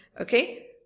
okay